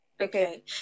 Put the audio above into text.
okay